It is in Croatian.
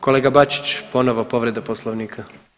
Kolega Bačić ponovo povreda poslovnika.